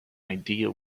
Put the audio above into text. idea